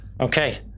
okay